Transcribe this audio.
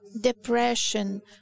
depression